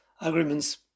agreements